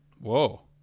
Whoa